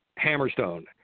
Hammerstone